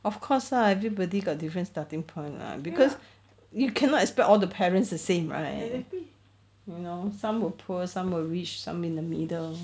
of course lah everybody got different starting point lah cause you cannot expect all the parents the same right you know some will poor some will rich some in the middle